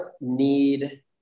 need